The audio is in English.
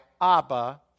Abba